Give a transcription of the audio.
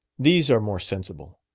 these are more sensible.